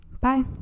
Bye